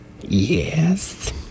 Yes